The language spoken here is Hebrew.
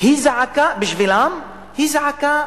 היא בשבילם זעקה